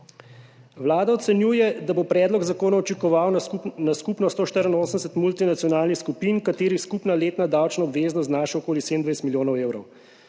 Vlada ocenjuje, da bo predlog zakona učinkoval na skupno 184 multinacionalnih skupin, katerih skupna letna davčna obveznost znaša okoli 27 milijonov evrov.